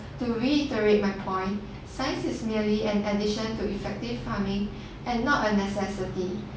to reiterate my point science is merely an addition to effective farming and not a necessity